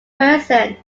person